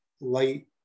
light